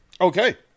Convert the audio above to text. Okay